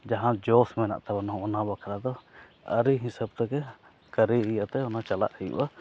ᱡᱟᱦᱟᱸ ᱡᱚᱥ ᱢᱮᱱᱟᱜ ᱛᱟᱵᱚᱱᱟ ᱚᱱᱟ ᱵᱟᱠᱷᱟᱨᱟ ᱫᱚ ᱟᱹᱨᱤ ᱦᱤᱥᱟᱹᱵᱽ ᱛᱮᱜᱮ ᱠᱟᱹᱨᱤ ᱟᱛᱮᱫ ᱚᱱᱟ ᱪᱟᱞᱟᱜ ᱦᱩᱭᱩᱜᱼᱟ